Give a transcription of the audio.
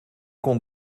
kon